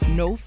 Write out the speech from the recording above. no